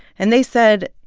and they said,